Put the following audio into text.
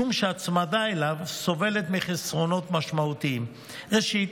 משום שהצמדה אליו סובלת מחסרונות משמעותיים: ראשית,